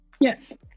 Yes